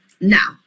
Now